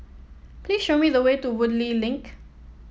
please show me the way to Woodleigh Link